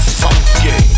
funky